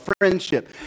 friendship